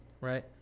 Right